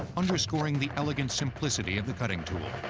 underscoring the elegance simplicity of the cutting tool.